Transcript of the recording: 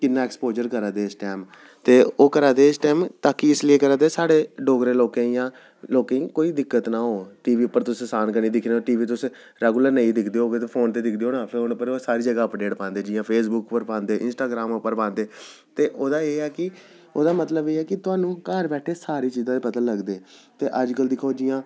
कि'न्ना एक्सपोज़र करा दे इस टैम ते ओह् करा दे इस टैम ताकि इसलै करा दे साढ़े डोगरे लोकें ईं जां लोकें ईं कोई दिक्कत ना हो टी वी पर तुस असान कन्नै दिक्खी सकदे टी वी तुस रैगुलर नेई दिखदे होगे ते फोन ते दिखदे होने फोन पर ओह् सारी जगह् अपडेट पांदे जि'यां फेसबुक पर पांदे इंस्टाग्राम उप्पर पांदे ते ओह्दा एह् ऐ कि ओह्दा मतलब एह् ऐ कि थाह्नूं घर बैठे दे सारी चीजें दा पता लगदा ऐ ते अज्ज कल दिक्खो जि'यां